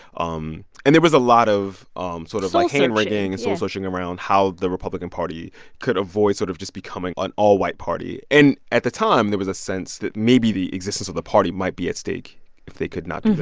um and there was a lot of um sort of, like, handwringing. soul-searching. and soul-searching around how the republican party could avoid sort of just becoming an all-white party. and at the time, there was a sense that maybe the existence of the party might be at stake if they could not do